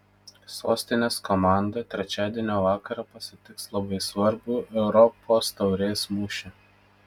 sostinės komanda trečiadienio vakarą pasitiks labai svarbų europos taurės mūšį